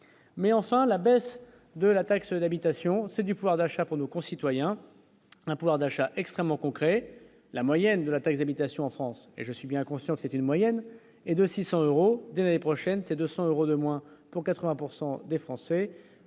mais enfin la baisse de la taxe d'habitation, c'est du pouvoir d'achat pour nos concitoyens, un pouvoir d'achat extrêmement concret, la moyenne de la taxe d'habitation en France et je suis bien conscient que c'est une moyenne est de 600 euros dès l'année prochaine, c'est 200 euros de moins pour 80 pourcent des Français